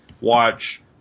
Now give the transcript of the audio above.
watch